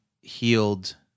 healed